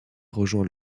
rejoint